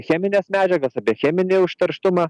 chemines medžiagas apie cheminį užterštumą